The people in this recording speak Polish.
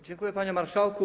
Dziękuję, panie marszałku.